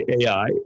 AI